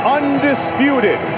undisputed